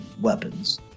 weapons